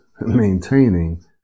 maintaining